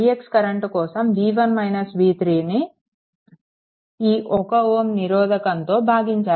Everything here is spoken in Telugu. ix కరెంట్ కోసం v1 v3ను ఈ 1Ω నిరోధకంతో భాగించాలి